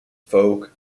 folk